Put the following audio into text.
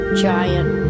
giant